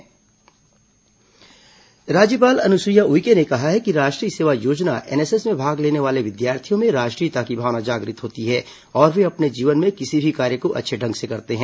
राज्यपाल एनएसएस छात्र मुलाकात राज्यपाल अनुसुईया उइके ने कहा है कि राष्ट्रीय सेवा योजना एनएसएस में भाग लेने वाले विद्यार्थियों में राष्ट्रीयता की भावना जागृत होती है और वे अपने जीवन में किसी भी कार्य को अच्छे ढंग से करते हैं